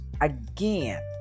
again